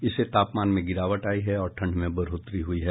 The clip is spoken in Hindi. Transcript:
इससे तापमान में गिरावट आयी है और ठंड में बढ़ोतरी हुई है